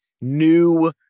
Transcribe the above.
new